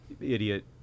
idiot